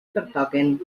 pertoquen